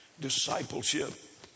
Discipleship